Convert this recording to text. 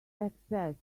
access